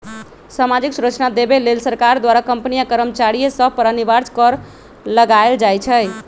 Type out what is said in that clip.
सामाजिक सुरक्षा देबऐ लेल सरकार द्वारा कंपनी आ कर्मचारिय सभ पर अनिवार्ज कर लगायल जाइ छइ